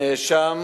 הנאשם,